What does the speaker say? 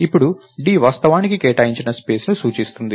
ఇప్పుడు d వాస్తవానికి కేటాయించిన స్పేస్ ని సూచిస్తోంది